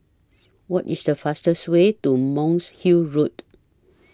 What IS The fastest Way to Monk's Hill Road